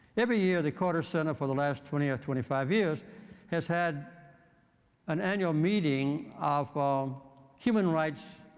every year, the carter center for the last twenty or twenty five years has had an annual meeting of um human rights